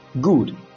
Good